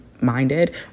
minded